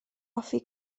hoffi